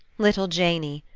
little janey,